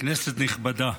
כנסת נכבדה,